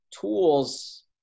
tools